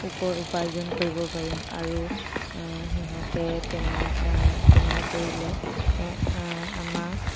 উপাৰ্জন কৰিব পাৰিম আৰু সিহঁতে তেনে কৰিলে আমাক